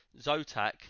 Zotac